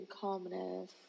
calmness